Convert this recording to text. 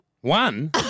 One